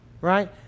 Right